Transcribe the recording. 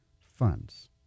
funds